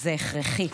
"זה הכרחי".